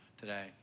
today